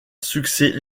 succès